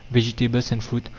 vegetables, and fruit,